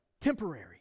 temporary